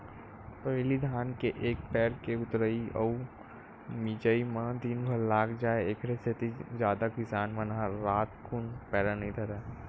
पहिली धान के एक पैर के ऊतरई अउ मिजई म दिनभर लाग जाय ऐखरे सेती जादा किसान मन ह रातकुन पैरा नई धरय